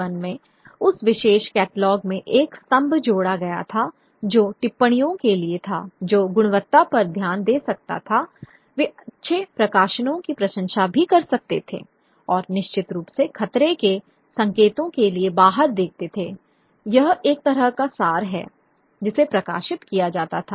1871 में उस विशेष कैटलॉग में एक स्तंभ जोड़ा गया था जो टिप्पणियों के लिए था जो गुणवत्ता पर ध्यान दे सकता था वे अच्छे प्रकाशनों की प्रशंसा भी कर सकते थे और निश्चित रूप से खतरे के संकेतों के लिए बाहर देखते थे यह एक तरह का सार है जिसे प्रकाशित किया जाता था